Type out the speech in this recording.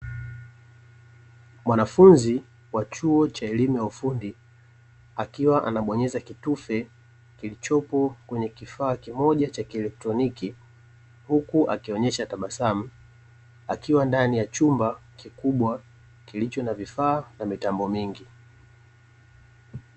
Mwanafunzi wa chuo cha elimu ya ufundi, akiwa anabonyeza kitufe kilichopo kwenye kifaa kimoja cha kielektroniki, huku akionyesha tabasamu, akiwa ndani ya chumba kikubwa kilicho na vifaa na mitambo mingi.